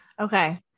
Okay